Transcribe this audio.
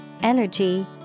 energy